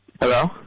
Hello